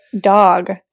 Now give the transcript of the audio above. dog